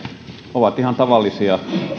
ovat ihan tavallisia